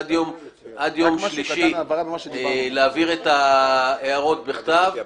שעד יום שלישי להעביר את ההערות בכתב.